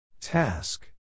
Task